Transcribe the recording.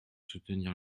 soutenir